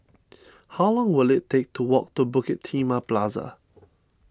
how long will it take to walk to Bukit Timah Plaza